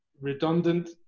redundant